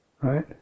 Right